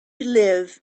live